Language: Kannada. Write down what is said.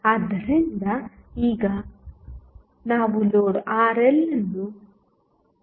ಆದ್ದರಿಂದ ಈಗ ನಾವು ಲೋಡ್ RL ಅನ್ನು ಕೇಳುತ್ತಿಲ್ಲ